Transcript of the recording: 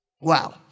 Wow